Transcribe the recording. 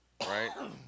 right